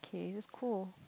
okay this is cool